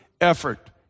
effort